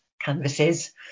canvases